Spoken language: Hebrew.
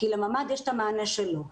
כי לממ"ד יש את המענה שלו.